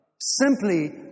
simply